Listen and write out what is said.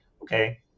okay